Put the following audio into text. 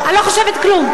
אני לא חושבת כלום.